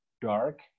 dark